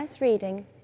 reading